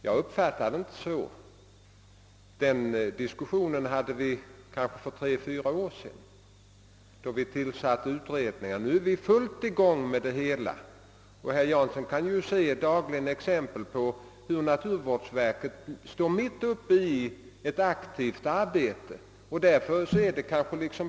Jag uppfattar inte saken så. Den diskussionen förde vi för tre till fyra år sedan, då vi tillsatte utredningen, men nu är vi i full gång med förverkligandet. Herr Jansson kan dagligen se exempel på hur naturvårdsverket står mitt uppe i ett aktivt arbete.